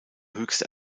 höchste